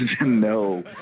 No